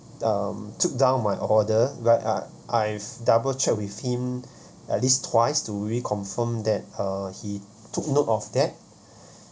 um took down my order right I I've double check with him at least twice to reconfirm that uh he took note of that